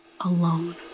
alone